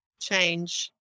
change